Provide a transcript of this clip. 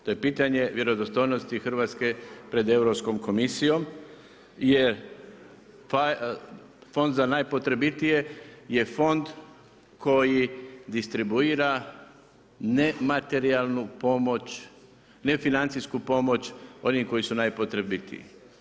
To je pitanje vjerodostojnosti Hrvatske pred Europskom komisijom, jer Fond za najpotrebitije je fond koji distribuira nematerijalnu pomoć, nefinancijsku pomoć onih koji su najpotrebitiji.